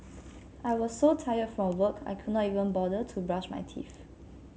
I was so tired from work I could not even bother to brush my teeth